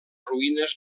ruïnes